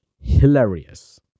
hilarious